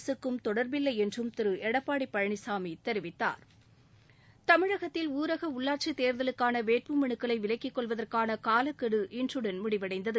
அரசுக்கும் தொடா்பில்லை என்றும் திரு எடப்பாடி பழனிசாமி தெரிவித்தார் தமிழகத்தில் ஊரக உள்ளாட்சித் தேர்தலுக்கான வேட்புமலுக்களை விலக்கிக் கொள்வதற்கான காலக்கெடு இன்றுடன் முடிவடைந்தது